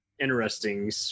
interesting